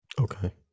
Okay